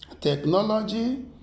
technology